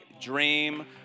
dream